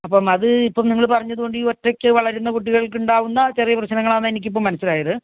അപ്പം അത് ഇപ്പം നിങ്ങൾ പറഞ്ഞതു കൊണ്ട് ഈ ഒറ്റക്ക് വളരുന്ന കുട്ടികൾക്കുണ്ടാവുന്ന ചെറിയ പ്രശ്നങ്ങളാണെന്നെ എനിക്ക് ഇപ്പോൾ മനസ്സിലായത്